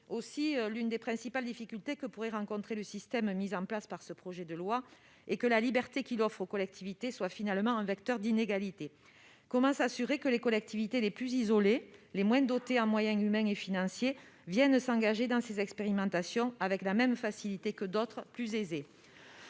Aussi, l'une des principales difficultés qui pourraient résulter du système mis en place par ce projet de loi organique est que la liberté qu'il offre aux collectivités devienne un vecteur d'inégalités. Comment s'assurer que les collectivités les plus isolées, les moins dotées en moyens humains et financiers s'engagent dans les expérimentations avec la même facilité que d'autres plus aisées ?